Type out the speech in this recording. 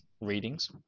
Readings